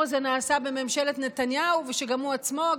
הזה נעשה בממשלת נתניהו ושגם הוא עצמו,